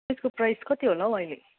त्यसको प्राइस कति होला हौ अहिले